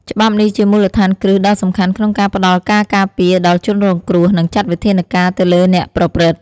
ច្បាប់នេះជាមូលដ្ឋានគ្រឹះដ៏សំខាន់ក្នុងការផ្ដល់ការការពារដល់ជនរងគ្រោះ និងចាត់វិធានការទៅលើអ្នកប្រព្រឹត្ត។